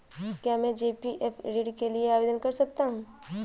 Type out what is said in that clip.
क्या मैं जी.पी.एफ ऋण के लिए आवेदन कर सकता हूँ?